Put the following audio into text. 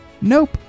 nope